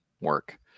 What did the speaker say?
work